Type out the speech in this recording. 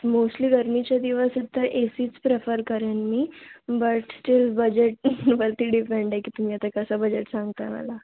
mostly गरमीचे दिवस आहेत तर ए सीच प्रिफर करेन मी बट स्टील बजेट वरती डिपेंड आहे की तुम्ही आता कसं बजेट सांगता मला